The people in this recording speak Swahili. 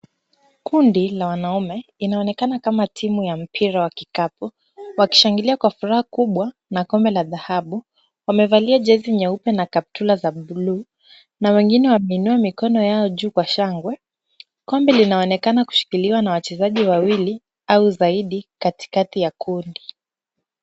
Kundi la wanaume, inaonekana kama timu ya mpira wa kikapu wakishangilia kwa furaha kubwa na kombe la dhahabu. Wamevalia jezi nyeupe na kaptula za buluu na wengine wameinua mikono yao juu kwa shangwe. Kombe linaonekana kushikiliwa na wachezaji wawili au zaidi katikati ya kundi.